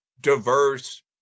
diverse